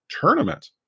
tournament